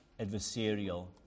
adversarial